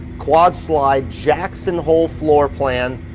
quad slide jackson hole floor plan.